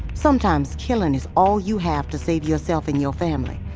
sometimes killing is all you have to save yourself and your family.